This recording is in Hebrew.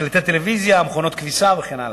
מקלטי טלוויזיה, מכונות כביסה וכן הלאה.